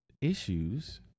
issues